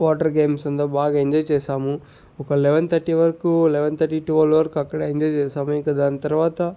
water games అంతా బాగా enjoy చేశాము ఒక లెవన్ థర్టీ వరకు లెవన్ థర్టీ ట్వల్వ్ వరకు అక్కడే ఎంజాయ్ చేసాము ఇంక దాన్ తర్వాత